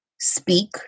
speak